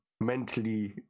mentally